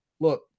Look